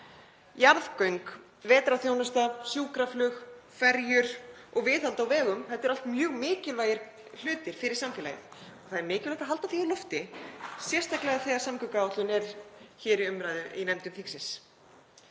Jarðgöng, vetrarþjónusta, sjúkraflug, ferjur og viðhald á vegum — þetta eru allt mjög mikilvægir hlutir fyrir samfélagið og það er mikilvægt að halda því á lofti, sérstaklega þegar samgönguáætlun er hér í umræðu í nefndum þingsins.